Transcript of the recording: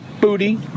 booty